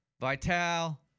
Vital